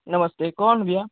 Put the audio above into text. नमस्ते कौन भैया